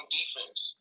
defense